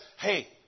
hey